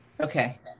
Okay